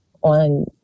on